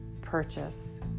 purchase